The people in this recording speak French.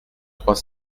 trois